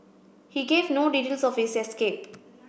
he gave no details of his escape